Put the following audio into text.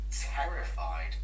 terrified